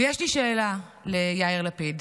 ויש לי שאלה ליאיר לפיד: